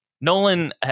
Nolan